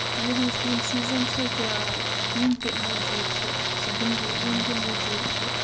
یِہٕنٛز ییٚمہِ سٕنٛز زَن سۄ جاے وٕنہِ تہِ موٗجوٗد چھِ سُہ بٔنٛگلہٕ وٕنہِ تہِ موٗجوٗد چھُ